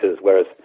Whereas